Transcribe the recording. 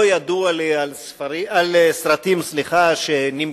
לא ידוע לי על סרטים שנמכרו.